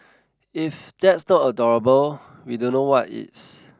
if that's not adorable we don't know what is